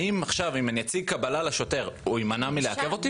האם עכשיו אם אני אציג קבלה לשוטר הוא יימנע מלעכב אותי?